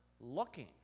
looking